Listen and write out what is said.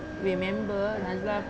wei member najlah